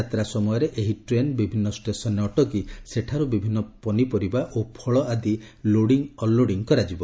ଯାତ୍ରା ସମୟରେ ଏହି ଟ୍ରେନ୍ ବିଭିନ୍ନ ଷ୍ଟେସନ୍ରେ ଅଟକି ସେଠାରୁ ବିଭିନ୍ନ ପରିପରିବା ଓ ଫଳ ଆଦି ଲୋଡ଼ିଂ ଅନ୍ଲୋଡ଼ିଂ କରାଯିବ